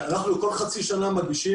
כל חצי שנה אנחנו מגישים,